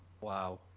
Wow